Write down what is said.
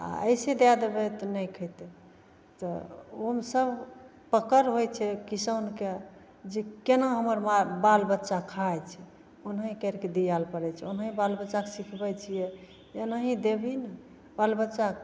आओर अइसे दै देबै तऽ नहि खएतै तऽ ओ सब पकड़ होइ छै किसानके जे कोना हमर बाल बाल बच्चा खाइ छै ओनाहि करिके दिए पड़ै छै ओनाहि बाल बच्चाके सिखबै छिए एनाहि देबही बाल बच्चाके